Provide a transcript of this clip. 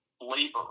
labor